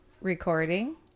recording